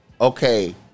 okay